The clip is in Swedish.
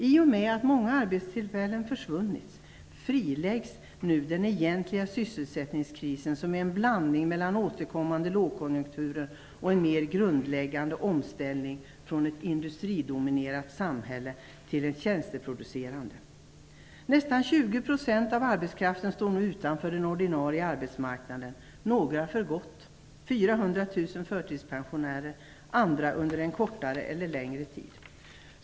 I och med att många arbetstillfällen försvunnit friläggs nu den egentliga sysselsättningskrisen, som är en blandning mellan återkommande lågkonjunkturer och en mer grundläggande omställning från ett industridominerat samhälle till ett tjänsteproducerande. Nästan 20 % av arbetskraften står nu utanför den ordinarie arbetsmarknaden. Några står utanför den för gott - vi har 400 000 förtidspensionärer - andra under en kortare eller längre tid.